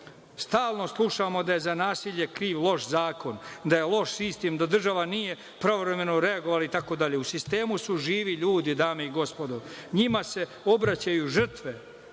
Stalno slušamo da je za nasilje kriv loš zakon, da je loš sistem, da država nije pravovremeno reagovala, itd. U sistemu su živi ljudi, dame i gospod, njima se obraćaju žrtve,